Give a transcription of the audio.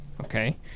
Okay